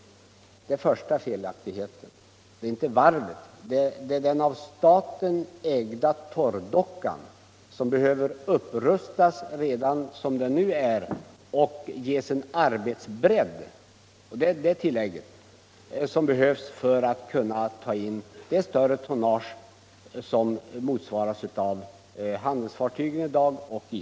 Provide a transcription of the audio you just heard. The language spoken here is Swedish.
Det är inte fråga om varvet som helhet, utan det är den av staten ägda torrdockan som behöver rustas upp och ges den arbetsbredd som behövs för att ta in det större tonnage som handelsfartygen och isbrytarna i dag utgör.